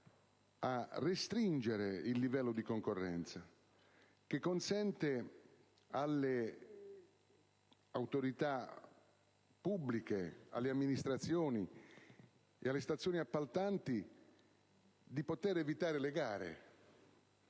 restringe il livello di concorrenza e consente alle autorità pubbliche, alle amministrazioni e alle stazioni appaltanti di evitare le gare,